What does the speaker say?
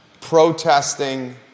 protesting